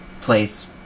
place